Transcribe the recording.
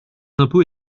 impôts